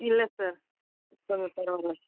இல்லை சார் இப்போ பரவாயில்ல சார்